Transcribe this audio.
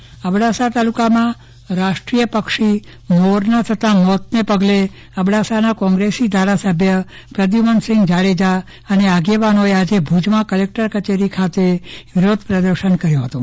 ચંદ્રવદન પટ્ટણી અબડાસાના ધારાસભ્ય અબડાસા તલોકામાં રાષ્ટ્રીય પક્ષી મોરના થતા મોતના પગલે અબડાસાના કોંગ્રેસી ધારાસભ્ય પ્રદ્યુમનસિંહ જાડેજા અને આગેવાનોએ આજુ ભુજમાં કલેકટર કચેરી ખાતે વિરોધ પ્રદર્શન કર્યું હતું